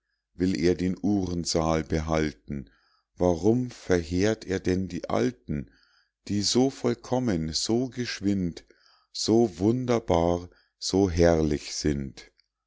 will er den uhrensaal behalten warum verheert er denn die alten die so vollkommen so geschwind so wunderbar so herrlich sind